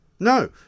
No